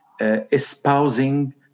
espousing